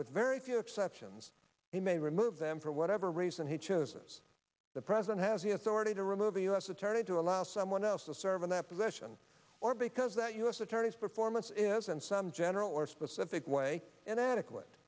with very few exceptions he may remove them for whatever reason he chooses the president has the authority to remove a u s attorney to allow someone else to serve in that position or because that u s attorney's performance is in some general or specific way inadequate